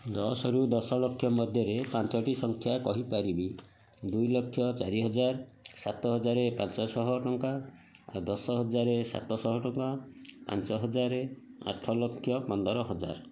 ଦଶରୁ ଦଶ ଲକ୍ଷ ମଧ୍ୟରେ ପାଞ୍ଚଟି ସଂଖ୍ୟା କହିପାରିବି ଦୁଇ ଲକ୍ଷ ଚାରି ହଜାର ସାତ ହଜାର ପାଞ୍ଚ ଶହ ଟଙ୍କା ଦଶ ହଜାର ସାତ ଶହ ଟଙ୍କା ପାଞ୍ଚ ହଜାର ଆଠ ଲକ୍ଷ ପନ୍ଦର ହଜାର